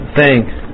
thanks